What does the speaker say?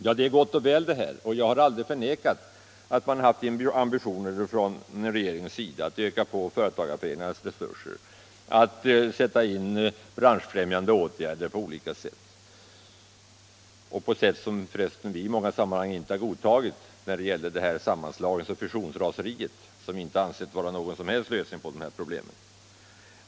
Ja, detta är gott och väl, och jag har heller aldrig förnekat att man på regeringssidan haft ambitioner att öka företagareföreningarnas resurser och att sätta in branschfrämjande åtgärder på olika sätt — för resten på ett sätt som vi i många sammanhang inte har godtagit när det gäller sammanslagningsoch fusionsraseriet, vilket vi inte har ansett vara någon som helst lösning på problemen.